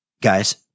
guys